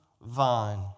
vine